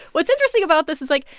what's interesting about this is, like,